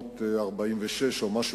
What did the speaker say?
ל-446 שקלים בערך.